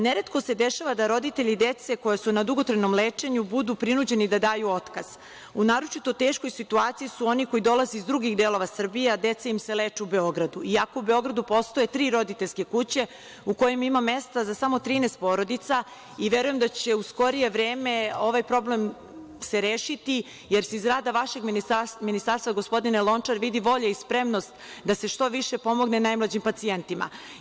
Neretko se dešava da roditelji dece koja su na dugotrajnom lečenju budu prinuđeni da daju otkaz, u naročito teškoj situaciji su oni koji dolaze iz drugih delova Srbije, a deca im se leče u Beogradu, i ako u Beogradu postoje tri roditeljske kuće, u kojima ima mesta za samo 13 porodica i verujem da će u skorije vreme ovaj problem se rešiti jer se iz rada vašeg ministarstva gospodine Lončar vidi volja i spremnost da se što više pomogne najmlađim pacijentima.